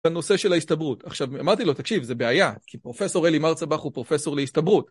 הנושא של ההסתברות, עכשיו אמרתי לו תקשיב זה בעיה כי פרופסור עלי מרצבך הוא פרופסור להסתברות